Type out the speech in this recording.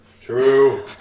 True